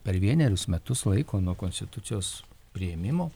per vienerius metus laiko nuo konstitucijos priėmimo